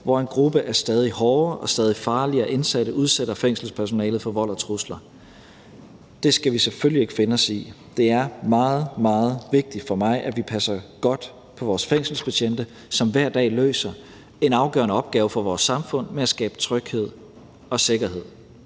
hvor en gruppe af stadig hårdere og stadig farligere indsatte udsætter fængselspersonalet for vold og trusler. Det skal vi selvfølgelig ikke finde os i. Det er meget, meget vigtigt for mig, at vi passer godt på vores fængselsbetjente, som hver dag løser en afgørende opgave for vores samfund med at skabe tryghed og sikkerhed.